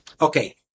Okay